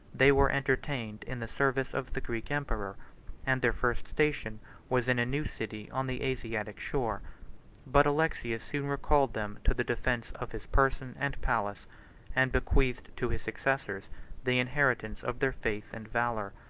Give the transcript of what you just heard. they were entertained in the service of the greek emperor and their first station was in a new city on the asiatic shore but alexius soon recalled them to the defence of his person and palace and bequeathed to his successors the inheritance of their faith and valor.